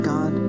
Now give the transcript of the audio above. God